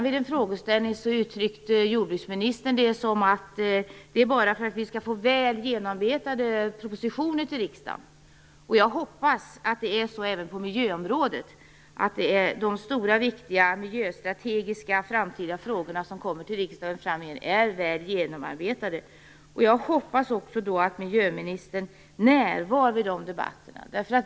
Vid en frågeställning i veckan uttryckte jordbruksministern det som att det är så här för att det skall komma väl genomarbetade propositioner till riksdagen. Jag hoppas att det är så även på miljöområdet, att de stora viktiga miljöstrategiska frågorna som kommer till riksdagen i framtiden är väl genomarbetade. Jag hoppas också att miljöministern är närvarande vid de debatterna.